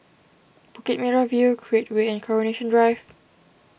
Bukit Merah View Create Way and Coronation Drive